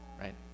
right